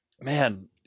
man